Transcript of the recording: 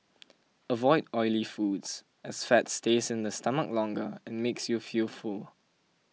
avoid oily foods as fat stays in the stomach longer and makes you feel full